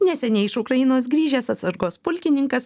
neseniai iš ukrainos grįžęs atsargos pulkininkas